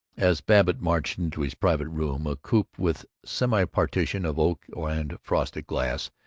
as babbitt marched into his private room, a coop with semi-partition of oak and frosted glass,